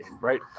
right